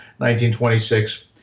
1926